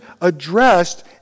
addressed